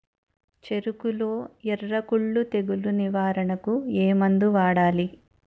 చెఱకులో ఎర్రకుళ్ళు తెగులు నివారణకు ఏ మందు వాడాలి?